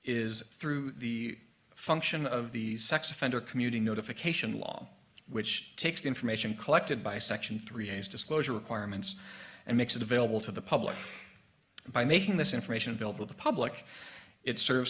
is through the function of the sex offender commuting notification law which takes the information collected by section three days disclosure requirements and makes it available to the public by making this information available to public it serves